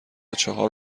چهار